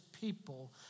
people